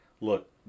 look